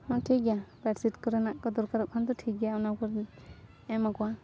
ᱦᱮᱸ ᱴᱷᱤᱠ ᱜᱮᱭᱟ ᱵᱮᱰ ᱥᱤᱴ ᱠᱚᱨᱮᱱᱟᱜ ᱠᱚ ᱫᱚᱨᱠᱟᱨᱚᱜ ᱠᱷᱟᱱ ᱫᱚ ᱴᱷᱤᱠ ᱜᱮᱭᱟ ᱚᱱᱟ ᱠᱚᱦᱚᱸ ᱮᱢᱟᱠᱚ ᱦᱟᱜ